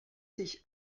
sich